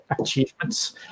achievements